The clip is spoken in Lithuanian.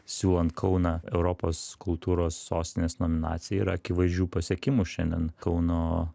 siūlant kauną europos kultūros sostinės nominacijai yra akivaizdžių pasiekimų šiandien kauno